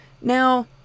Now